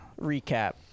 recap